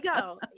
go